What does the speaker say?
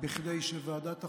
כדי שוועדת החוקה,